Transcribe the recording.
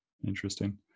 Interesting